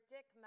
Dick